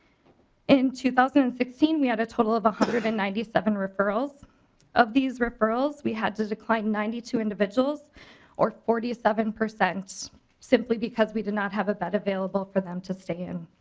in two thousand and sixteen we had a total of one hundred and ninety seven referrals of these referrals we had to decline ninety two individuals or forty seven percent simply because we didn't have a bed available for them to stay in.